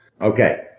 Okay